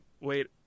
wait